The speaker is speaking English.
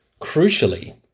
crucially